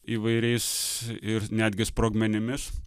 įvairiais ir netgi sprogmenimis